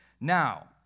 Now